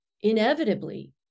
inevitably